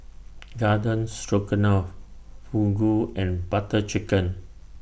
Garden Stroganoff Fugu and Butter Chicken